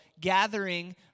gathering